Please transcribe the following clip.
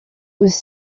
was